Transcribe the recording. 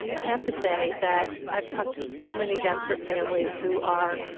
i have to say that i've talked to so many desperate families who are,